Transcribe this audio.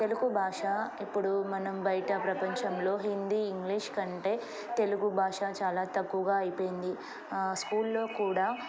తెలుగు భాష ఇప్పుడు మనం బయట ప్రపంచంలో హిందీ ఇంగ్లీష్ కంటే తెలుగు భాష చాలా తక్కువగా అయిపోయింది స్కూల్లో కూడా